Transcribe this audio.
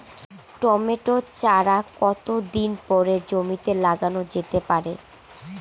Tomato চারা কতো দিন পরে জমিতে লাগানো যেতে পারে?